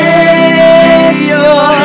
Savior